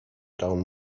down